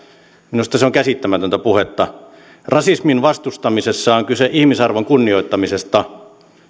minusta se on käsittämätöntä puhetta rasismin vastustamisessa on kyse ihmisarvon kunnioittamisesta